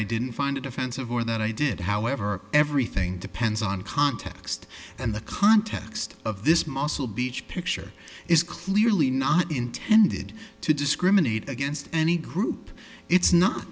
i didn't find it offensive or that i did however everything depends on context and the context of this muscle beach picture is clearly not intended to discriminate against any group it's not